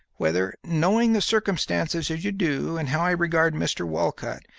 whether, knowing the circumstances as you do and how i regard mr. walcott,